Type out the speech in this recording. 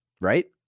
right